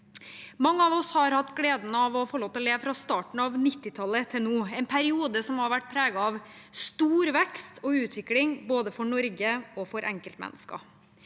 Mange av oss har hatt gleden av å få lov til å leve fra starten av 1990-tallet til nå, en periode som har vært preget av stor vekst og utvikling både for Norge og for enkeltmennesker.